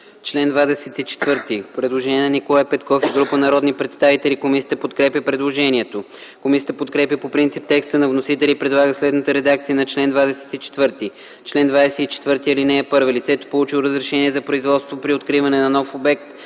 27 има предложение на Николай Петков и група народни представители. Комисията подкрепя предложението. Комисията подкрепя по принцип текста на вносителя и предлага следната редакция на чл. 27: „Чл. 27. Лицата, получили разрешение за производство на боеприпаси за оръжие,